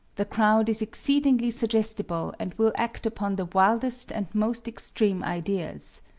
the crowd is exceedingly suggestible and will act upon the wildest and most extreme ideas.